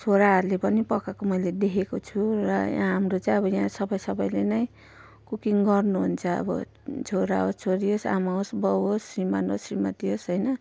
छोराहरूले पनि पकाको मैले देखेको छु र यहाँ हाम्रो चाहिँ अब यहाँ सबै सबैले नै कुकिङ गर्नुहुन्छ अब छोरा होस् छोरी होस् आमा होस् बाउ होस् श्रीमान् होस् श्रीमती होस् होइन